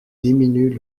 diminuent